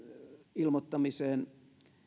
ilmoittamiseen